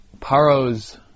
Paro's